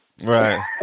Right